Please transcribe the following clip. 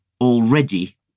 already